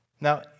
Now